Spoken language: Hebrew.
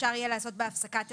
שאפשר יהיה לעשות בה הפסקת היריון.